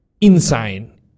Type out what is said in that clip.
insane